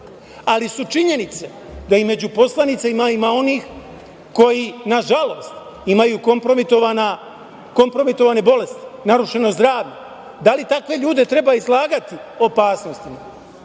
ali je činjenica da među poslanicima ima onih koji, nažalost, imaju kompromitovane bolesti, narušeno zdravlje. Da li takve ljude treba izlagati opasnostima?